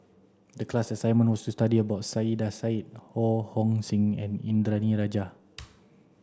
the class assignment was to study about Saiedah Said Ho Hong Sing and Indranee Rajah